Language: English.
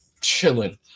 Chilling